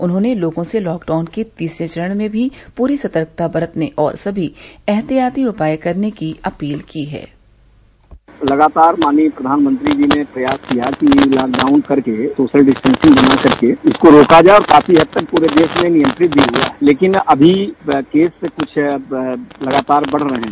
उन्होंने लोगों से लॉकडाउन के तीसरे चरण में भी पूरी सतर्कता बरतने और सभी एहतियाती उपाय करने की अपील की है लगातार माननीय प्रधानमंत्री जी ने प्रयास किया कि लॉकडाउन करके सोशल डिस्टॅसिंग करके इसको रोका जाय और काफी हद तक पूरे देश में नियंत्रित भी हथा है तेकिन अभी भी कुछ केस लगातार बढ़ रहे हैं